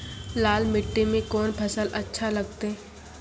लाल मिट्टी मे कोंन फसल अच्छा लगते?